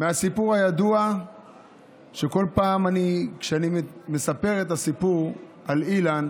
מהסיפור הידוע שכל פעם כשאני מספר את הסיפור על אילן